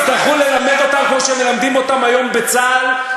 יצטרכו ללמד אותם כמו שמלמדים אותם היום בצה"ל,